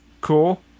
Cool